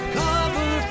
cover